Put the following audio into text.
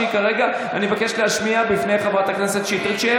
שכרגע אני מבקש להשמיע בפני חברת הכנסת שטרית,